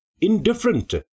indifferent